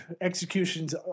executions